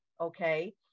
Okay